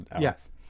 yes